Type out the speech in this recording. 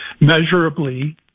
measurably